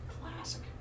Classic